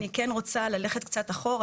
אני כן רוצה ללכת קצת אחורה,